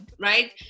right